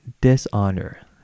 dishonor